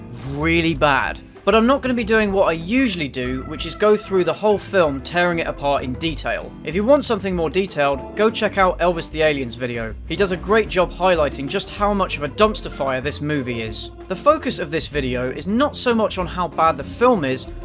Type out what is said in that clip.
really bad. but i'm not gonna be doing what i usually do, which is go through the whole film tearing it apart in detail. if you want something more detailed, go check out elvis the alien's video. he does a great job highlighting just how much of a dumpster fire this movie is. the focus of this video is not so much on how bad the film is,